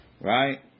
Right